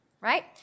right